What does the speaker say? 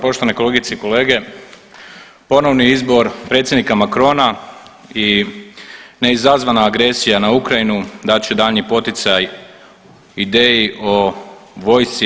Poštovane kolegice i kolege, ponovni izbor predsjednika Macrona i neizazvana agresija na Ukrajinu dat će daljnji poticaj ideji o vojsci EU.